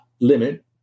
limit